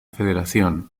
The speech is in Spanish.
federación